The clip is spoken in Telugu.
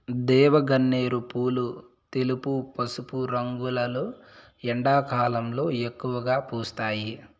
దేవగన్నేరు పూలు తెలుపు, పసుపు రంగులో ఎండాకాలంలో ఎక్కువగా పూస్తాయి